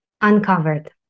uncovered